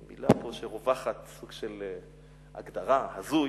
זו מלה שרווחת פה, של הגדרה, הזוי.